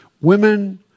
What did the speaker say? women